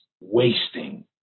wasting